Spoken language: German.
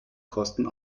kosten